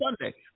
Sunday